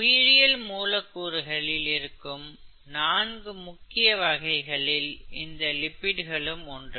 உயிரியல் மூலக்கூறுகளில் இருக்கும் நான்கு முக்கிய வகைகளில் இந்த லிப்பிடுகள் ஒன்று